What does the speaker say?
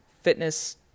fitness